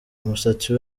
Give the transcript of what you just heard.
umusatsi